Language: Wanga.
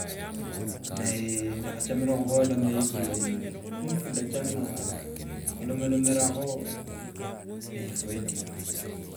ndakhachamire khubola maybe khubindu bindachama khulomalomerakho nebyio endio.